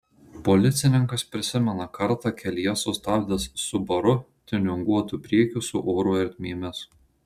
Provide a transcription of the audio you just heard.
policininkas prisimena kartą kelyje sustabdęs subaru tiuninguotu priekiu su oro ertmėmis